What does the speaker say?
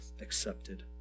accepted